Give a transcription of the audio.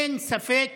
אין ספק